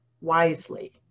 wisely